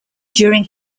during